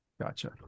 Gotcha